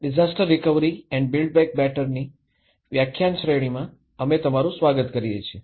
disaster recovery and build back બેટરની વ્યાખ્યાન શ્રેણીમાં અમે તમારું સ્વાગત કરીએ છીએ